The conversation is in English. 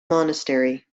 monastery